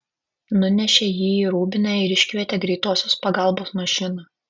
nunešė jį į rūbinę ir iškvietė greitosios pagalbos mašiną